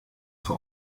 für